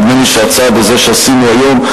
נדמה לי שהצעד הזה שעשינו היום,